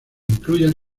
incluyen